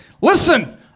Listen